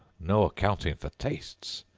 no accounting for tastes!